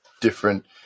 different